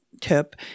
tip